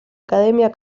academia